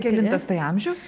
kelintas tai amžius